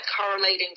correlating